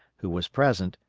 who was present,